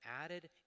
added